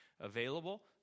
available